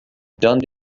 done